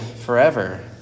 forever